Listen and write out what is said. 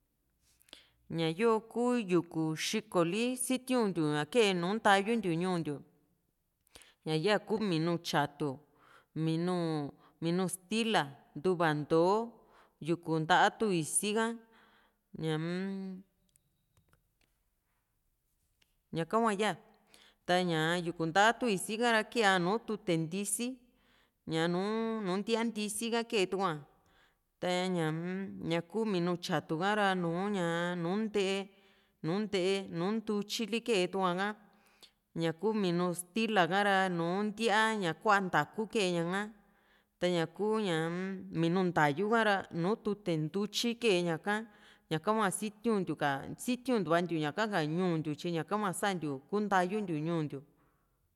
ñayoo kuu yuku xikoli sitiuntiu ña kee nùù ntayuntiu ñuu ntiu ña yaa ku minu tyatu minu minu stila ntuva ntoo yuku nta tu ísi ha ñaa-m ñaka hua ya taña yuku nta tu ísi kara kea nùù tute ntisi ña nu ña nu ntíaa ntisi ha ketuaa ta´ñaa-m ñaku minu tyatu ha´ra nùù ña nu nte´e nu nte´e nu ntutyili kee tuá ha ñaku minu stila ha´ra nùù ntíaa ña kua ntaa´ku kee ña ha taña kuu minu nta´yu kara nùù tute ntutyi kee ña´kañaka hua sitiuntiu ka sitiuntuantiu ka ñaka ka ñuu ntiu tyi ñaka hua santiu kuu ntayuntiu ñuu ntiu